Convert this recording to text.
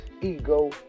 ego